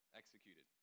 executed